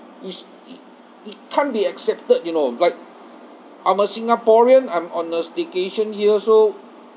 is i~ it can't be accepted you know like I'm a singaporean I'm on a staycation here so